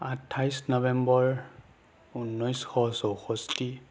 আঠাইছ নবেম্বৰ ঊনৈছশ চৌষষ্ঠি